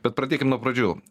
bet pradėkim nuo pradžių